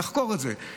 נחקור את זה,